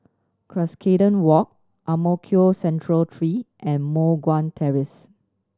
Cuscaden Walk Ang Mo Kio Central Three and Moh Guan Terrace